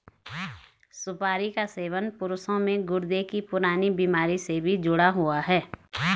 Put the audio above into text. सुपारी का सेवन पुरुषों में गुर्दे की पुरानी बीमारी से भी जुड़ा हुआ है